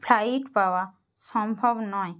flight পাওয়া সম্ভব নয়